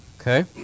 Okay